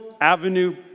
Avenue